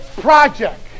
project